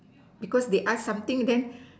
because they ask something then